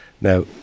Now